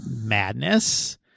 madness